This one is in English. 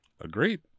Agreed